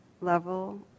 level